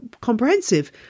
comprehensive